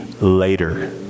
later